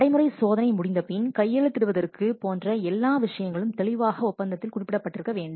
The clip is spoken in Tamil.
நடைமுறை சோதனை முடிந்தபின் கையெழுத்திடுவதற்கு போன்ற எல்லா விஷயங்களும் தெளிவாக ஒப்பந்தத்தில் குறிப்பிட்டிருக்க வேண்டும்